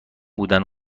بودن